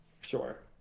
Sure